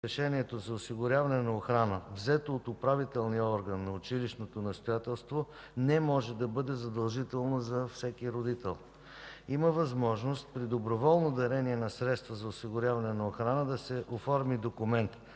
решението за осигуряване на охрана, взето от управителния орган на училищното настоятелство, не може да бъде задължително за всеки родител. Има възможност при доброволно дарение на средства за осигуряване на охрана да се оформи документ,